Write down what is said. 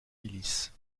milices